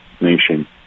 nation